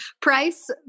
price